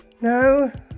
No